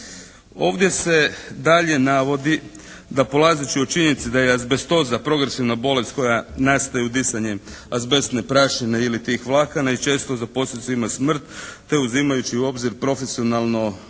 Ovdje se dalje navodi da polazeći od činjenice da je azbestoza progresivna bolest koja nastaje udisanjem azbestne prašine ili tih vlakana i često za posljedicu ima smrt, te uzimajući u obzir profesionalno izložene